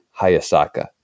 Hayasaka